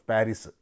Paris